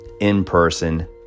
in-person